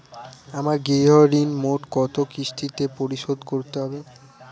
আমার গৃহঋণ মোট কত কিস্তিতে পরিশোধ করতে হবে?